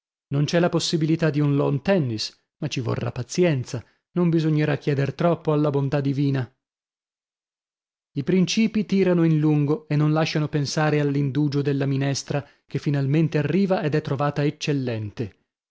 non c'è la possibilità di un lawn tennis ma ci vorrà pazienza non bisognerà chieder troppo alla bontà divina i principii tirano in lungo e non lasciano pensare all'indugio della minestra che finalmente arriva ed è trovata eccellente